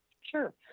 Sure